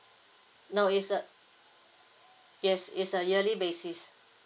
no it's a yes it's a yearly basis